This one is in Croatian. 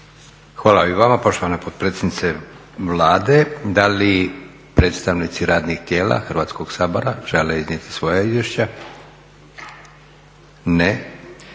Hvala i vama poštovana potpredsjednice Vlade. Da li predstavnici radnih tijela Hrvatskog sabora žele iznijeti svoje izvješće? Ne.